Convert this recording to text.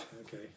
Okay